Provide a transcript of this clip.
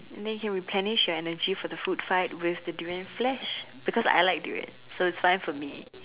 then you can replenish your energy for the food fight with the durian flesh because I like durian so it's fine for me